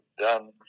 done